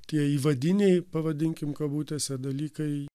tie įvadiniai pavadinkim kabutėse dalykai